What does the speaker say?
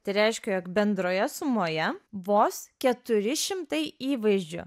tai reiškia jog bendroje sumoje vos keturi šimtai įvaizdžių